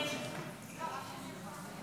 ההסתייגות לא התקבלה.